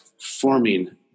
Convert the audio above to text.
forming